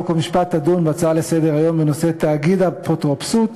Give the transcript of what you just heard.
חוק ומשפט תדון בהצעות לסדר-היום בנושא: תאגידי האפוטרופסות,